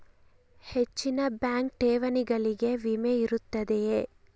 ಹೆಚ್ಚಿನ ಬ್ಯಾಂಕ್ ಠೇವಣಿಗಳಿಗೆ ವಿಮೆ ಇರುತ್ತದೆಯೆ?